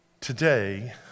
Today